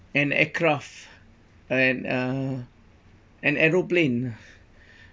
an aircraft and uh an aeroplane